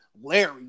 Larry